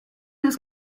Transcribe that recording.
his